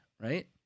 right